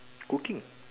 cooking